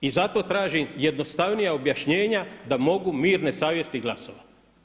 I zato tražim jednostavnija objašnjenja da mogu mirne savjesti glasovati.